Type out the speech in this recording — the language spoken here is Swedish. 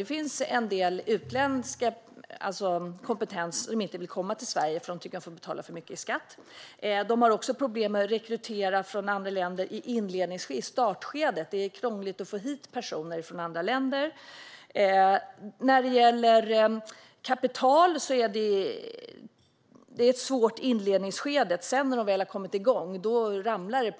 Det finns en del utländsk kompetens som inte vill komma till Sverige för att man får betala för mycket i skatt. Det är också problem att rekrytera från andra länder i startskedet. Det är krångligt att få hit personer från andra länder. När det gäller kapital är det svårt i inledningsskedet. När de väl har kommit igång ramlar